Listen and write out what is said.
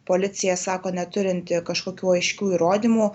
policija sako neturinti kažkokių aiškių įrodymų